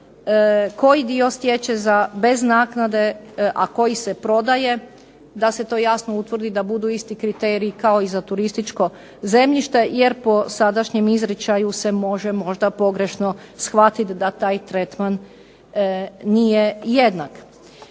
koji dio stječe bez naknade, a koji se prodaje, da se to jasno utvrdi da budu isti kriteriji kao i za turističko zemljište. Jer po sadašnjem izričaju se može možda pogrešno shvatiti da taj tretman nije jednak.